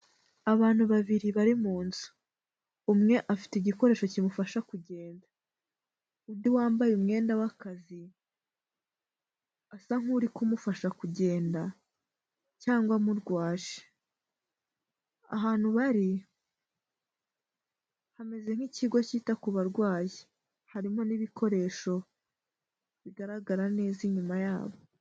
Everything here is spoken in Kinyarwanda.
Abantu babiri bari mu nzu, umwe afite igikoresho kimufasha kugenda, undi wambaye umwenda w'akazi asa nk'uri kumufasha kugenda cyangwa amurwaje, ahantu bari hameze nk'ikigo cyita ku barwayi, harimo n'ibikoresho bigaragara neza inyuma yabo.